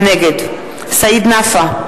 נגד סעיד נפאע,